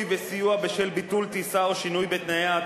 וסיוע בשל ביטול טיסה או שינוי בתנאיה),